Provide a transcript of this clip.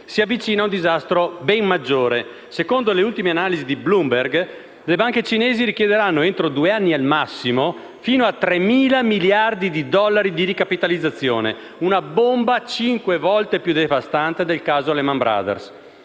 si avvicina un disastro ben maggiore. Secondo le ultime analisi di Bloomberg, le banche cinesi richiederanno entro due anni al massimo, fino a 3.000 miliardi di dollari di ricapitalizzazione. Una bomba cinque volte più devastante del caso Lehman Brothers.